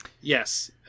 Yes